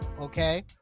okay